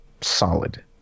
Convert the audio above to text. solid